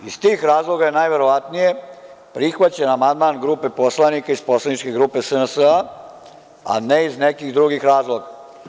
Iz tih razloga najverovatnije je prihvaćen amandman grupe poslanika poslaničke grupe SNS, a ne iz nekih drugih razloga.